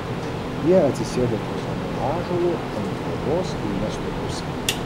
jie atsisėdo po senu ąžuolu ant kalvos į miesto pusę